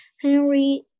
Henry